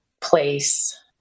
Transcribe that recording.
place